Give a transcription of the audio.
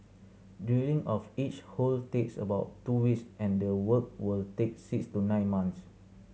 drilling of each hole takes about two weeks and the work will take six to nine months